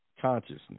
consciousness